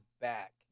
back